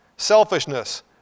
Selfishness